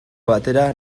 batera